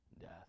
death